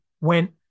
went